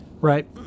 right